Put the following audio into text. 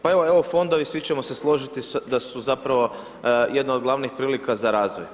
Pa evo EU fondovi, svi ćemo se složiti da su zapravo jedna od glavnih prilika za razvoj.